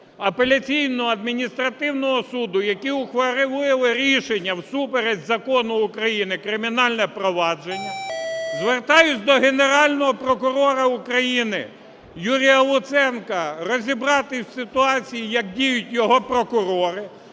апеляційного адміністративного суду, які ухвалили рішення всупереч закону України, кримінальне провадження. Звертаюся до Генерального прокурора України Юрія Луценка, розібратися в ситуації, як діють його прокурори.